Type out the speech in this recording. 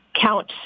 count